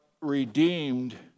redeemed